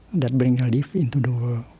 that brings relief into